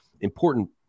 important